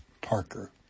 Parker